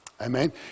Amen